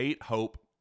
Hope